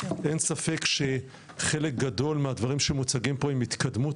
אין ספק שחלק גדול מהדברים שמוצגים פה הם התקדמות